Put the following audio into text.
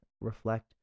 reflect